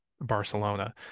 Barcelona